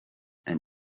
and